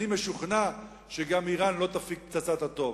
אני משוכנע גם שאירן לא תפיק פצצות אטום.